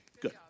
Good